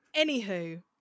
Anywho